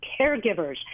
caregivers